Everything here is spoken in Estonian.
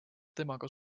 temaga